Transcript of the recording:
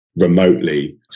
remotely